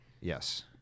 yes